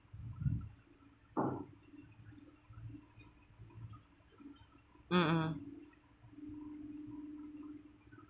mm mm